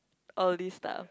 all these stuff